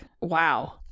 wow